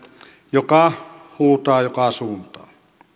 joka huutaa joka suuntaan